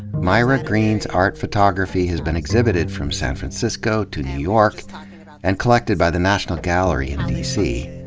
myra greene's art photography has been exhibited from san francisco to new york, and collected by the national gallery in dc.